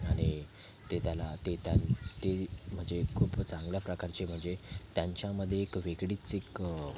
आणि ते त्याला ते त्यांनी ते म्हणजे खूप चांगल्या प्रकारचे म्हणजे त्यांच्यामध्ये एक वेगळीच एक